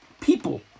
people